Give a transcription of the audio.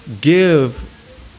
give